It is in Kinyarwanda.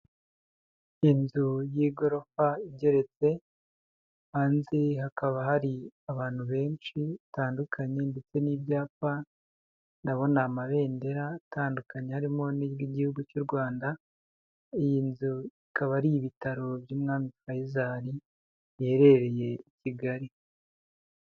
Inzu y'igorofa igeretse hanze hakaba hari abantu benshi batandukanye ndetse n'ibyapa, ndabona amabendera atandukanye harimo n'iry'igihugu cy'u Rwanda, iyi nzu ikaba ari ibitaro by'umwami Faisal iherereye i Kigali.